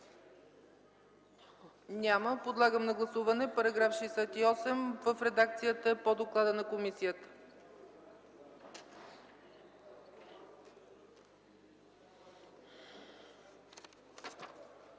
Няма. Подлагам на гласуване § 68 в редакцията по доклада на комисията.